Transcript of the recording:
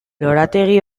lorategi